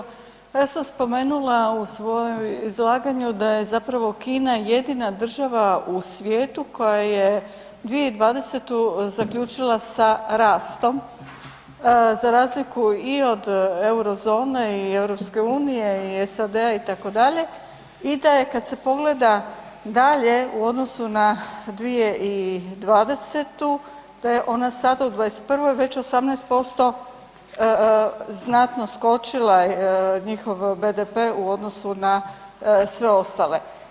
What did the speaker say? Poštivani guverneru, ja sam spomenula u svojem izlaganju da je zapravo Kina jedina država u svijetu koja je 2020. zaključila sa rastom za razliku i od Euro zone i EU-a i SAD-a itd. i da je kad se pogleda dalje u odnosu na 2020., da je ona sada 2021. već 18% znatno skočila, njihov BDP u odnosu na sve ostale.